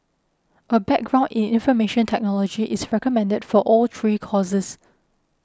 a background in information technology is recommended for all three courses